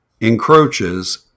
encroaches